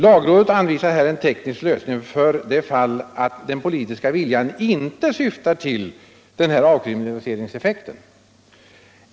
Lagrådet anvisar här en teknisk lösning för det fall att den politiska viljan inte syftar till avkriminaliseringseffekt.